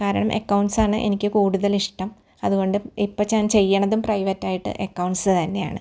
കാരണം എക്കൗണ്ട്സ്സാണ് എനിക്ക് കൂട്തലിഷ്ടം അതുകൊണ്ട് ഇപ്പച്ചാഞ്ചെയ്യണതും പ്രൈവറ്റായിട്ട് എക്കൗണ്ട്സ് തന്നെയാണ്